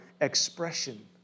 expression